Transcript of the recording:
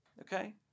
okay